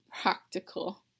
practical